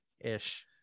ish